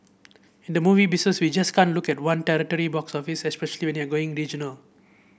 in the movie business we just can't look at one territory box office especially we are going regional